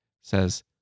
says